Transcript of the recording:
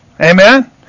Amen